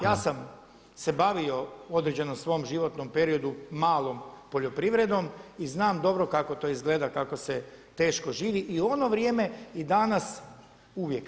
Ja sam se bavio u određenom svom životom periodu malom poljoprivredom i znam dobro kako to izgleda kako se teško živi i u ono vrijeme i danas uvijek,